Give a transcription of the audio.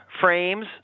frames